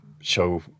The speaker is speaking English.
show